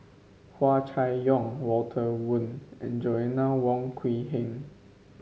Hua Chai Yong Walter Woon and Joanna Wong Quee Heng